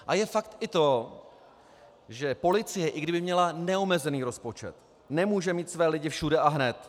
A je fakt i to, že policie, i kdyby měla neomezený rozpočet, nemůže mít své lidi všude a hned.